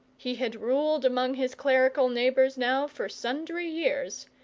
he had ruled among his clerical neighbours now for sundry years,